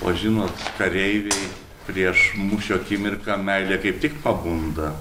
o žinot kareiviai prieš mūšio akimirką meilė kaip tik pabunda